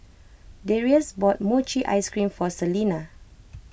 Darius bought Mochi Ice Cream for Selina